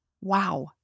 wow